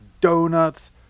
donuts